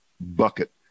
bucket